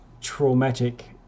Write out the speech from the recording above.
traumatic